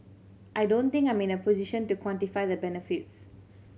I don't think I'm in a position to quantify the benefits